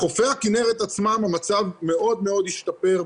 בחופי הכנרת עצמם המצב מאוד השתפר,